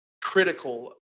critical